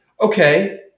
okay